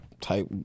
type